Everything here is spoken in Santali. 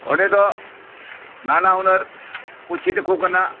ᱚᱸᱰᱮ ᱫᱚ ᱱᱟᱱᱟ ᱦᱩᱱᱟᱹᱨ ᱠᱚ ᱪᱮᱫ ᱟᱠᱚ ᱠᱟᱱᱟ